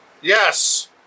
Yes